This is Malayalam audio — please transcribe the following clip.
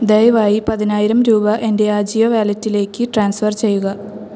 ദയവായി പതിനായിരം രൂപ എൻ്റെ അജിയോ വാലറ്റിലേക്ക് ട്രാൻസ്ഫർ ചെയ്യുക